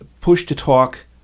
push-to-talk